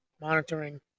monitoring